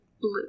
blue